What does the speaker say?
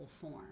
form